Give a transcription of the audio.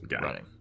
running